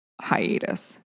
hiatus